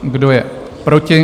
Kdo je proti?